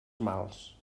mals